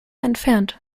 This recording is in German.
entfernt